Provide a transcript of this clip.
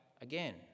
again